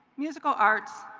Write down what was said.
musical arts,